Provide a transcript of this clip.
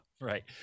Right